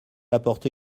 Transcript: apporté